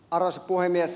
arvoisa puhemies